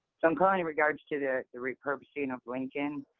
so, i'm calling in regards to to the repurposing of lincoln.